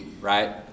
Right